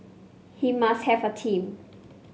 he must have a team